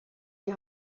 die